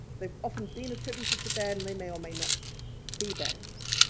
they've often been attributed to behn, they may or may not be behn's.